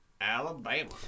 Alabama